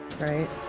right